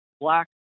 Black